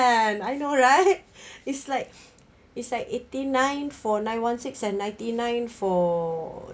I know right it's like it's like eighty nine for nine one six and ninety nine for